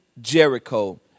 Jericho